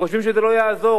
חושבים שזה לא יעזור,